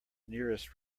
nearest